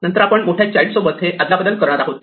नंतर आपण मोठ्या चाइल्ड सोबत हे अदला बदल करणार आहोत